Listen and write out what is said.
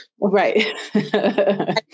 right